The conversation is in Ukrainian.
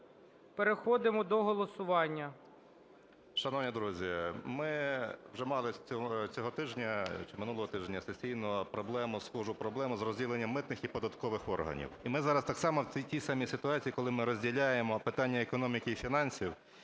переходимо до голосування.